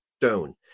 stone